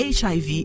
HIV